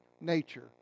nature